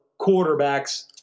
quarterbacks